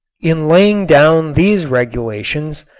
in laying down these regulations,